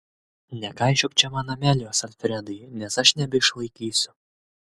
nekaišiok čia man amelijos alfredai nes aš nebeišlaikysiu